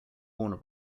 warner